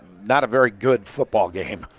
not a very good football game.